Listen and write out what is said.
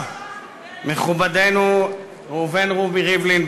כבוד נשיא המדינה מכובדנו ראובן רובי ריבלין,